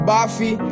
Buffy